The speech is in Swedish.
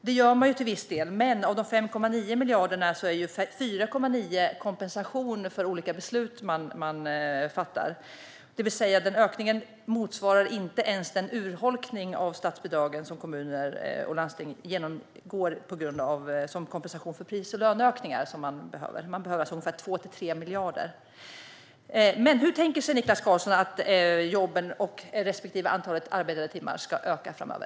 Det gör man till viss del, men av de 5,9 miljarderna är 4,9 kompensation för olika beslut man fattar. Ökningen motsvarar alltså inte ens den urholkning av statsbidragen som kommuner och landsting genomgår. Det handlar om kompensation för pris och löneökningar som man behöver. Man behöver alltså ungefär 2-3 miljarder. Hur tänker sig Niklas Karlsson att antalet jobb respektive antalet arbetade timmar ska öka framöver?